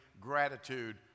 gratitude